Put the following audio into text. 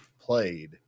played